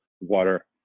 water